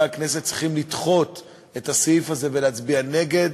לדחות את הסעיף הזה ולהצביע נגד.